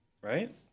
Right